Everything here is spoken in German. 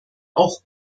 auch